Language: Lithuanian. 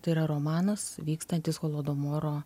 tai yra romanas vykstantis holodomoro